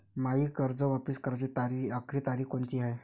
मायी कर्ज वापिस कराची आखरी तारीख कोनची हाय?